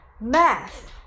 Math